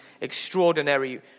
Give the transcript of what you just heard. extraordinary